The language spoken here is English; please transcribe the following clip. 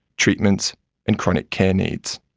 treatments and chronic care needs.